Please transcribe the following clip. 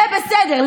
זה בסדר,